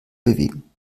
bewegen